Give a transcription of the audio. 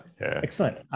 Excellent